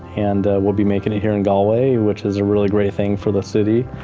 and we'll be making it here in galway, which is a rally great thing for the city.